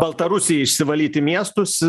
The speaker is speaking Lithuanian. baltarusijai išsivalyti miestus